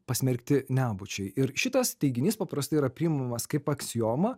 pasmerkti nebūčiai ir šitas teiginys paprastai yra priimamas kaip aksioma